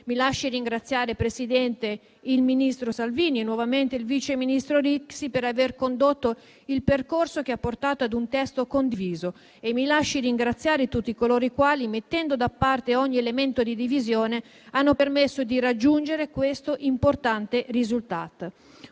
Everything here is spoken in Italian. Mi lasci ringraziare, Presidente, il ministro Salvini e nuovamente il vice ministro Rixi per aver condotto il percorso che ha portato ad un testo condiviso. Mi lasci ringraziare tutti coloro i quali, mettendo da parte ogni elemento di divisione, hanno permesso di raggiungere questo importante risultato.